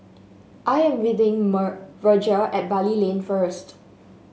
I am meeting Virgia at Bali Lane first